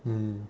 mm